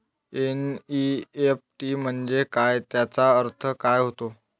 NEFT म्हंजे काय, त्याचा अर्थ काय होते?